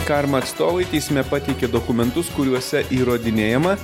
karma atstovai teisme pateikė dokumentus kuriuose įrodinėjama